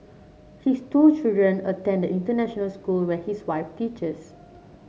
his two children attend the international school where his wife teaches